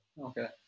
Okay